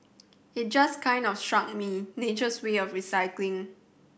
it just kind of struck me nature's way of recycling